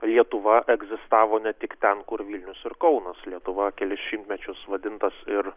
lietuva egzistavo ne tik ten kur vilnius ir kaunas lietuva kelis šimtmečius vadintas ir